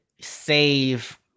save